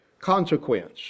consequence